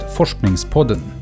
Forskningspodden